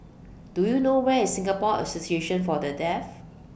Do YOU know Where IS Singapore Association For The Deaf